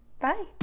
bye